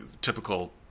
typical